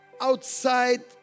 outside